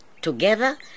Together